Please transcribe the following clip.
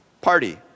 party